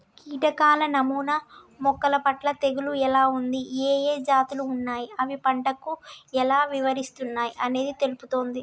కీటకాల నమూనా మొక్కలపట్ల తెగులు ఎలా ఉంది, ఏఏ జాతులు ఉన్నాయి, అవి పంటకు ఎలా విస్తరిస్తున్నయి అనేది తెలుపుతుంది